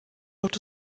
wird